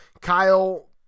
kyle